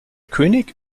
könig